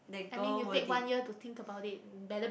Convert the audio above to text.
I mean you take one year to think about it better be